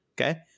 Okay